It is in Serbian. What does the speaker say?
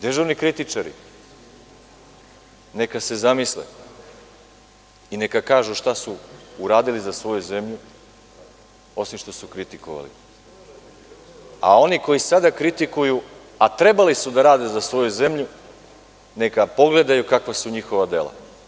Dežurni kritičari neka se zamisle i neka kažu šta su uradili za svoju zemlju, osim što su kritikovali, a oni koji sada kritikuju, a trebali su da rade za svoju zemlju, neka pogledaju kakva su njihova dela.